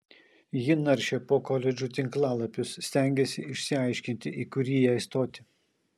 ji naršė po koledžų tinklalapius stengėsi išsiaiškinti į kurį jai stoti